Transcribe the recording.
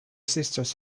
sisters